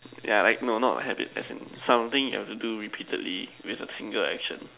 ya like no not a habit as in something you have to do repeatedly with a tangled action